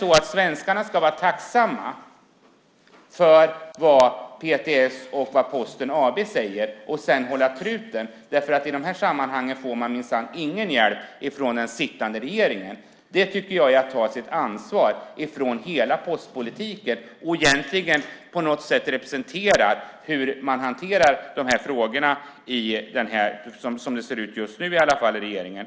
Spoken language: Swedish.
Ska svenskarna vara tacksamma för vad PTS och Posten AB säger och sedan hålla truten? I de här sammanhangen får man minsann ingen hjälp från den sittande regeringen. Det är att dra tillbaka sitt ansvar från hela postpolitiken. Detta är representativt för hur man hanterar postfrågorna just nu i regeringen.